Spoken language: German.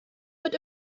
wird